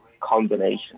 combination